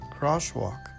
crosswalk